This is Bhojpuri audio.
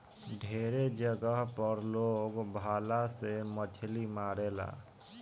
ढेरे जगह पर लोग भाला से मछली मारेला